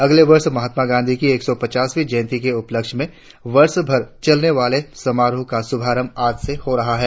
अगले वर्ष महात्मा गांधी की एक सौ पचासवीं जयंती के उपलक्ष्य में वर्ष भर चलने वाले समारोहों का शुभारंभ आज से हो रहा है